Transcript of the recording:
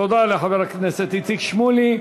תודה לחבר הכנסת איציק שמולי.